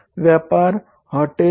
व्यापार हॉटेल इ